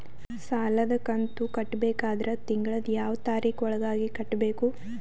ಸಾಲದ ಕಂತು ಕಟ್ಟಬೇಕಾದರ ತಿಂಗಳದ ಯಾವ ತಾರೀಖ ಒಳಗಾಗಿ ಕಟ್ಟಬೇಕು?